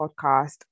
podcast